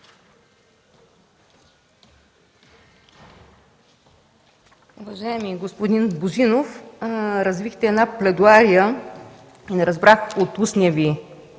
Уважаеми господин Божинов, развихте една пледоария и не разбрах от устния Ви